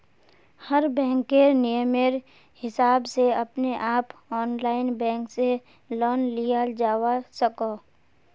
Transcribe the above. हर बैंकेर नियमेर हिसाब से अपने आप ऑनलाइन बैंक से लोन लियाल जावा सकोह